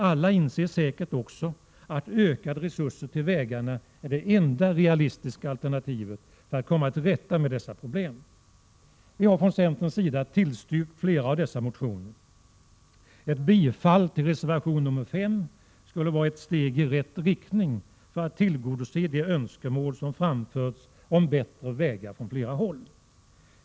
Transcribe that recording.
Alla inser säkert också att ökade resurser till vägarna är det enda realistiska alternativet för att komma till rätta med dessa problem. Vi har från centerns sida tillstyrkt flera av dessa motioner. Ett bifall till reservation 5 skulle vara ett steg i rätt riktning när det gäller att tillgodose de önskemål som från flera håll framförts om bättre vägar.